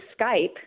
Skype